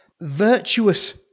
virtuous